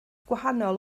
gwahanol